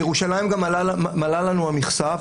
בירושלים גם מלאה לנו המכסה,